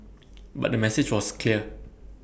but the message was clear